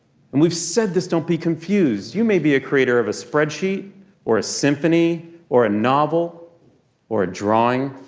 and we've said this. don't be confused. you may be a creator of a spreadsheet or a symphony or a novel or a drawing,